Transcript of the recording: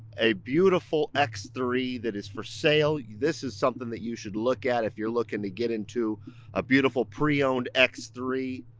a beautiful x three that is for sale, sale, this is something that you should look at if you're looking to get into a beautiful pre-owned x three.